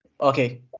Okay